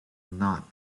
not